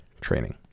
training